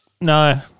No